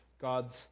God's